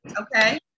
okay